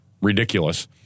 ridiculous